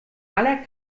aller